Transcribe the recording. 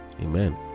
Amen